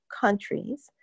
countries